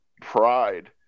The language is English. pride